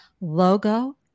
logo